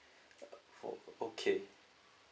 okay